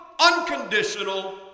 unconditional